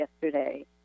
yesterday